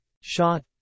Shot